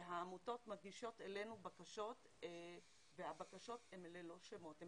והעמותות מגישות אלינו בקשות והבקשות הן ללא שמות.